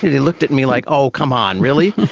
he looked at me like, oh come on, really?